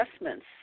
investments